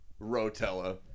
Rotella